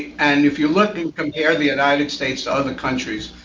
and if you look and compare the united states to other countries,